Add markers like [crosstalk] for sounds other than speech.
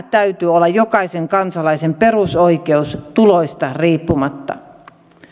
[unintelligible] täytyy olla jokaisen kansalaisen perusoikeus tuloista riippumatta